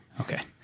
Okay